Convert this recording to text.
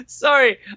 Sorry